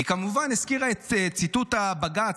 והיא כמובן הזכירה את ציטוט הבג"ץ,